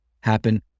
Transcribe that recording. happen